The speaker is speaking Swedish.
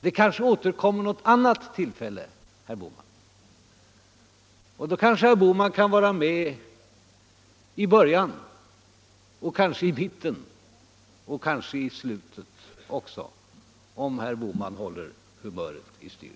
Det kanske kommer något annat tillfälle, herr Bohman, och då kanske herr Bohman kan vara med i början, i mitten och kanske i slutet också, om herr Bohman håller humöret i styr.